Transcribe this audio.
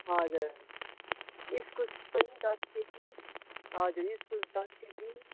हजुर इस्कुस पनि दस केजी हजुर इस्कुस दस केजी